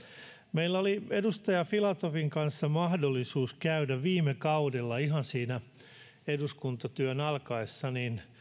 meillä oli edustaja filatovin kanssa mahdollisuus käydä viime kaudella ihan siinä eduskuntatyön alkaessa